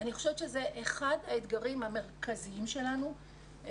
אני חושבת שזה אחד האתגרים המרכזיים שלנו.